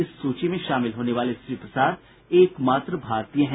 इस सूची में शामिल होने वाले श्री प्रसाद एकमात्र भारतीय हैं